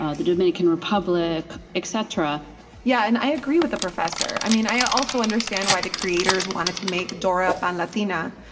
ah the dominican republic, etc yeah, and i agree with the professor. i mean, i also understand why the creators wanted to make dora pan-latina.